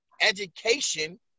education